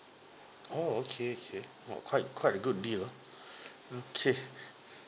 oh okay okay oh quite quite a good deal ah okay